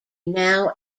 now